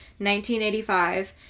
1985